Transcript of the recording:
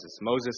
Moses